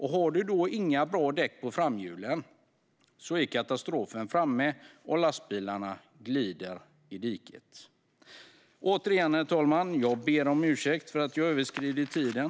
Har de då inga bra däck på framhjulen är katastrofen framme, och lastbilarna glider i diket. Återigen, herr talman: Jag ber om ursäkt för att jag har överskridit talartiden.